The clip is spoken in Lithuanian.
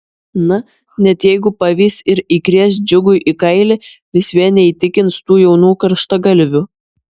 na net jeigu pavys ir įkrės džiugui į kailį vis vien neįtikins tų jaunų karštagalvių